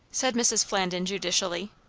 said mrs. flandin judicially.